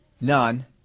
None